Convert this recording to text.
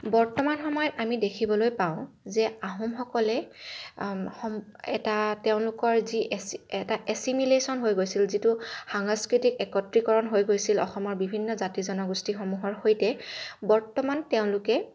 বৰ্তমান সময়ত আমি দেখিবলৈ পাওঁ যে আহোমসকলে এটা তেওঁলোকৰ যি এছি এটা এছিমিলেশ্যন হৈ গৈছিল যিটো সাংস্কৃতিক একত্ৰিকৰণ হৈ গৈছিল যিটো অসমৰ বিভিন্ন জাতি জনগোষ্ঠীসমূহৰ সৈতে বৰ্তমান তেওঁলোকে